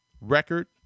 Record